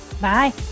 Bye